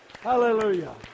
Hallelujah